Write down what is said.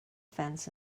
fence